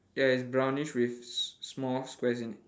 ya it's brownish with s~ small squares in it